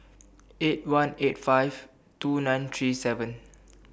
eight one eight five two nine three seven